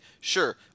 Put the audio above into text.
sure